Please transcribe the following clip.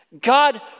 God